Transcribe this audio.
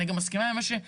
אני גם מסכימה עם מה שחברי,